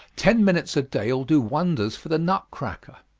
ten minutes a day will do wonders for the nut-cracker.